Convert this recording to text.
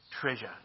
treasure